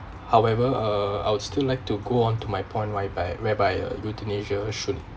however uh I would still like to go on to my point whereby whereby uh euthanasia should